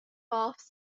baths